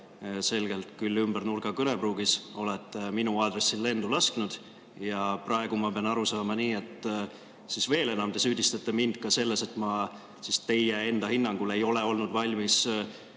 selgelt, küll ümbernurga kõnepruugis, olete minu aadressil lendu lasknud. Ja praegu ma pean aru saama nii, et veel enam, te süüdistate mind selles, et ma teie hinnangul ei ole olnud valmis